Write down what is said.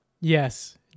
Yes